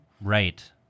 Right